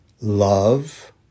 Love